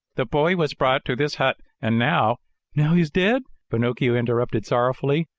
the boy was brought to this hut and now now he is dead? pinocchio interrupted sorrowfully.